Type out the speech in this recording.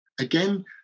Again